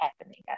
happening